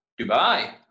Dubai